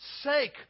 sake